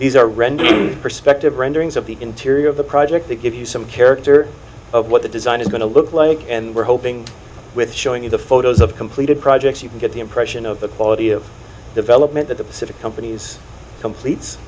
these are rendered perspective renderings of the interior of the project to give you some character of what the design is going to look like and we're hoping with showing you the photos of completed projects you can get the impression of the quality of development that the pacific companies completes